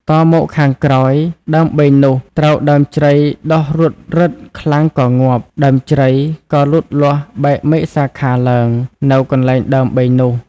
តមកខាងក្រោយ ដើមបេងនោះ ត្រូវដើមជ្រៃដុះរួតរឹតខ្លាំងក៏ងាប់ ដើមជ្រៃក៏លូតលាស់បែកមែកសាខាឡើង នៅកន្លែងដើមបេងនោះ ។